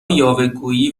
یاوهگویی